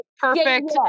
perfect